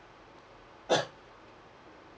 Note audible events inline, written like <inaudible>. <coughs>